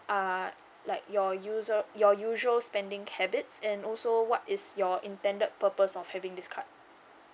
are like your user your usual spending habits and also what is your intended purpose of having this card